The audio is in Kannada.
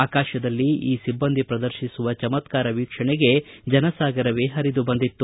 ಆಕಾಶದಲ್ಲಿ ಈ ಸಿಬ್ಬಂದಿ ಪ್ರದರ್ಶಿಸುವ ಚಮತ್ತಾರ ವೀಕ್ಷಣೆಗೆ ಜನಸಾಗರವೇ ಹರಿದು ಬಂದಿತ್ತು